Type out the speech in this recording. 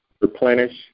replenish